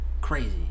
Crazy